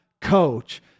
coach